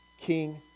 king